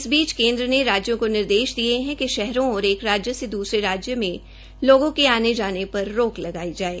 इस बीच केन्द्र ने राज्यों को निर्देश दिये है कि श्हरों और एक राज्य में दूसरे लोगों के आने जाने पर रोक लगाई जाये